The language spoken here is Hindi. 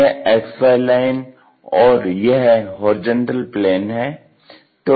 यह XY लाइन और यह HP है